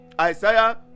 isaiah